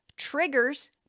Triggers